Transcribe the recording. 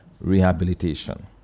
Rehabilitation